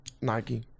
Nike